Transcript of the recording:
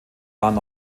waren